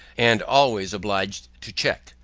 and always obliged to check?